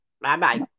Bye-bye